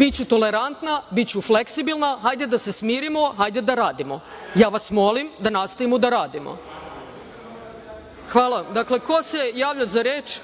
Biću tolerantna, biću fleksibilna. Hajde da se smirimo, hajde da radimo. Ja vas molim da nastavimo da radimo. Hvala. Dakle, ko se javlja za reč?